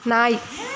நாய்